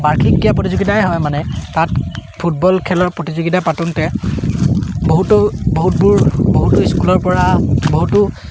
বাৰ্ষিক ক্ৰীড়া প্ৰতিযোগিতাই হয় মানে তাত ফুটবল খেলৰ প্ৰতিযোগিতা পাতোঁতে বহুতো বহুতবোৰ বহুতো স্কুলৰপৰা বহুতো